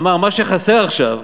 אמר: מה שחסר עכשיו,